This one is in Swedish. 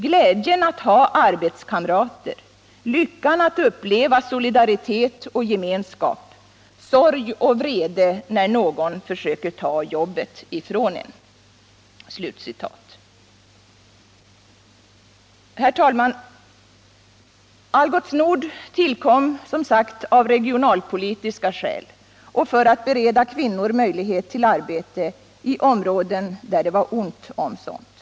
Glädjen att ha arbetskamrater, lyckan att uppleva solidaritet och gemenskap, sorg och vrede när någon försöker ta jobbet ifrån en.” Herr talman! Algots Nord tillkom som sagt av regionalpolitiska skäl och för att bereda kvinnor möjlighet till arbete i områden där det var ont om sådant.